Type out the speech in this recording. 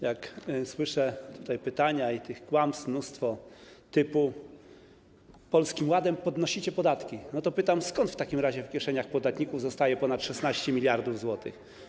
Jak słyszę te pytania i tych kłamstw mnóstwo, typu: Polskim Ładem podnosicie podatki, to pytam, skąd w takim razie w kieszeniach podatników zostaje ponad 16 mld zł.